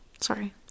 sorry